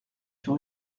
sur